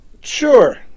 Sure